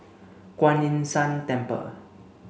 Kuan Yin San Temple